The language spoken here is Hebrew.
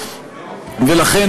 ולכן,